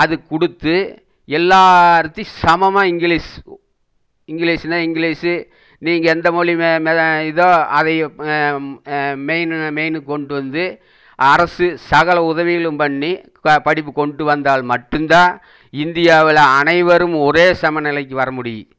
அது கொடுத்து எல்லார்த்தையும் சமமாக இங்கிலீஷ் இங்கிலீஷ்னால் இங்கிலீஷு நீங்கள் எந்த மொழி மே மேல் இதோ அதை மெயின் மெயினுக்கு கொண்டு வந்து அரசு சகல உதவிகளும் பண்ணி இப்போ படிப்பு கொண்டு வந்தால் மட்டுந்தான் இந்தியாவில் அனைவரும் ஒரே சமநிலைக்கு வர முடியும்